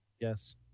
Yes